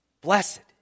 Blessed